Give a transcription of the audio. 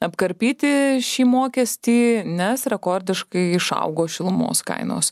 apkarpyti šį mokestį nes rekordiškai išaugo šilumos kainos